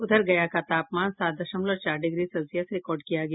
उधर गया का तापामन सात दशमलव चार डिग्री सेल्सियस रिकॉर्ड किया गया